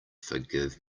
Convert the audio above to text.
forgive